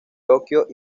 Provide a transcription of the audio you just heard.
tokyo